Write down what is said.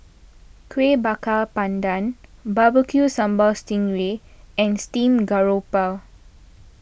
Kuih Bakar Pandan BBQ Sambal Sting Ray and Steamed Garoupa